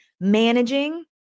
managing